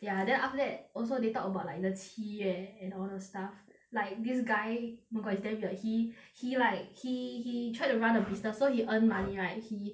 ya then after that also they talk about like the 七月 and all those stuff like this guy oh my god is damn weird he he like he he tried to run a business so he earn money right he